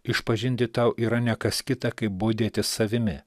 išpažinti tau yra ne kas kita kaip budėti savimi